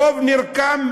חוב נרקם,